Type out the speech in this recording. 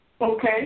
Okay